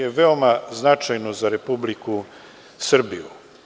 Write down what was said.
To je veoma značajno za Republiku Srbiju.